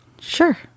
Sure